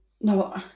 No